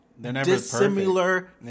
dissimilar